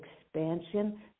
expansion